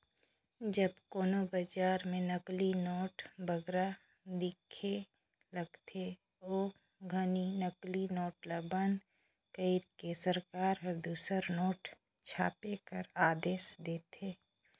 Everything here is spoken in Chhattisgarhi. जब कोनो बजार में नकली नोट बगरा दिखे लगथे, ओ घनी नकली नोट ल बंद कइर के सरकार हर दूसर नोट छापे कर आदेस देथे